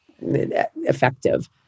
effective